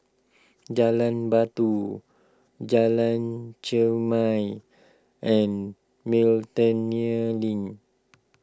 Jalan Batu Jalan Chermai and Miltonia Link